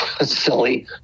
silly